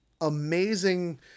amazing